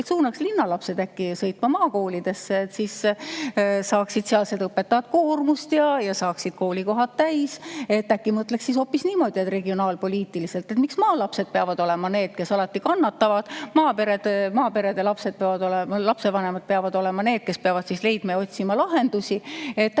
suunaks linnalapsed äkki sõitma maakoolidesse. Siis saaksid sealsed õpetajad koormust ja saaksid koolikohad täis. Äkki mõtleks siis hoopis niimoodi regionaalpoliitiliselt? Miks maalapsed peavad olema need, kes alati kannatavad? Miks maaperede lapsevanemad peavad olema need, kes peavad otsima ja leidma lahendusi?